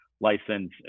license